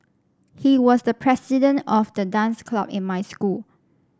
he was the president of the dance club in my school